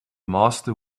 master